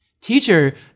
Teacher